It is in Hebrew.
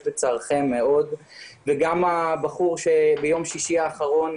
בצערכם וגם הבחור שנפטר במסיבה ביום שישי האחרון,